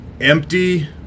empty